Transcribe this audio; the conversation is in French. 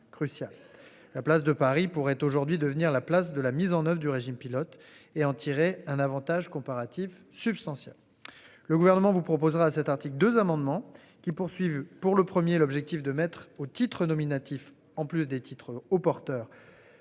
La place de Paris pourrait aujourd'hui devenir la place de la mise en oeuvre du régime pilote et en tirer un Avantage comparatif substantiel. Le gouvernement vous proposera cet article 2 amendements qui poursuivent pour le premier, l'objectif de mettre au titre nominatif, en plus des titres au porteur